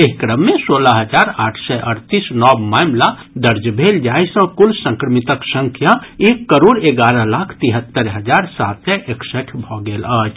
एहि क्रम मे सोलह हजार आठ सय अड़तीस नव मामिला दर्ज भेल जाहि सँ कुल संक्रमितक संख्या एक करोड़ एगारह लाख तिहत्तरि हजार सात सय एकसठि भऽ गेल अछि